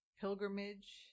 pilgrimage